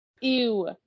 Ew